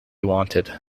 wanted